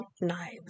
knives